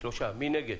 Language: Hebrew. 3 נגד,